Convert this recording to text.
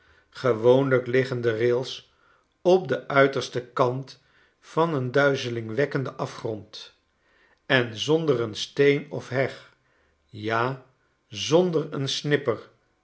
gewoonlijk liggen de rails op den uitersten kant van een duizelingwekkenden afgrond en zonder een steen of heg ja zonder een snipper